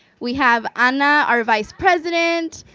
we have anna, our vice president,